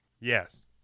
yes